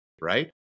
right